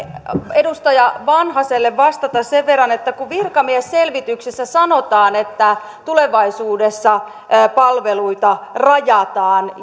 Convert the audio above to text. edustaja vanhaselle vastata sen verran että kun virkamiesselvityksessä sanotaan että tulevaisuudessa palveluita rajataan